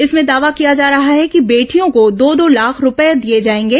इसमें दावा किया जा रहा है कि बेटियों को दो दो लाख रूपये दिए जाएंगे